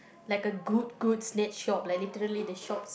like a good good snack shop like literally the shops